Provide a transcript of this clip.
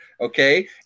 okay